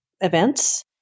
events